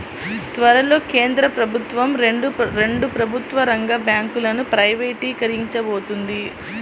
త్వరలో కేంద్ర ప్రభుత్వం రెండు ప్రభుత్వ రంగ బ్యాంకులను ప్రైవేటీకరించబోతోంది